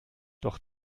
doch